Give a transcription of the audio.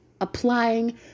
applying